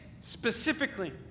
specifically